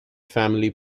family